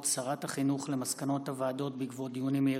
שרת החינוך על מסקנות הוועדות כדלקמן: